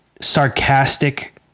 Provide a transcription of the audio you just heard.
sarcastic